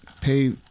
Pay